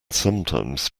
sometimes